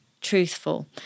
truthful